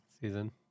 season